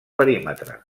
perímetre